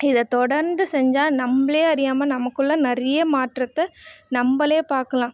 இதை தொடர்ந்து செஞ்சால் நம்மளே அறியாமல் நமக்குள்ளே நிறைய மாற்றத்தை நம்மளே பார்க்கலாம்